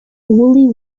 woolly